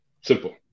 Simple